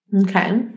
Okay